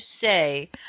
say